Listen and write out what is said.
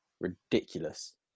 ridiculous